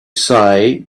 say